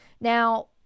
Now